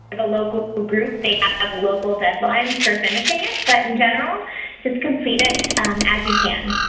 the local group they have local deadlines for finishing it. but in general just complete it as you can.